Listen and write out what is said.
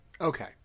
okay